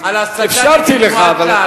אתה מטעה את הציבור.